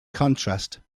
contrast